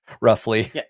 roughly